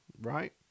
right